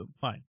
fine